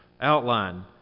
outline